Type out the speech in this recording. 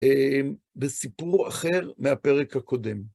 אמ... בסיפור אחר, מהפרק הקודם.